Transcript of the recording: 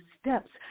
steps